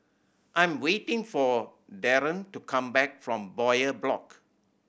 I'm waiting for Dereon to come back from Bowyer Block